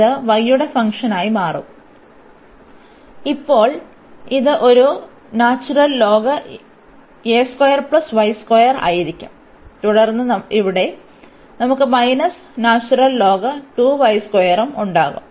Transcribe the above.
ഇത് y യുടെ ഫംഗ്ഷനായി മാറും ഇപ്പോൾ ഇത് ഒരു ആയിരിക്കും തുടർന്ന് ഇവിടെ നമുക്ക് മൈനസ് ഉം ഉണ്ടാകും